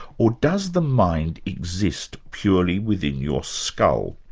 or does the mind exist purely within your skull?